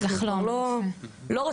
אנחנו כבר לא רוצים.